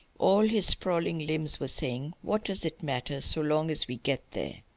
all his sprawling limbs were saying what does it matter, so long as we get there?